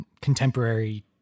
contemporary